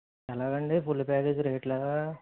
ఎలాగండి full package రేట్లు ఎలాగ